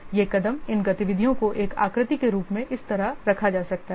ये कदम इन गतिविधियों को एक आकृति के रूप में इस तरह रखा जा सकता है